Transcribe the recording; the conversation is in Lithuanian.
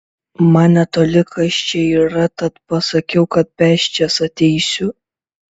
man netoli kas čia yra tad pasakiau kad pėsčias ateisiu